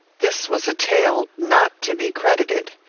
this was a tale not to be credited.